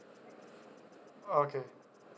okay